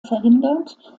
verhindert